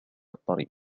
الطريق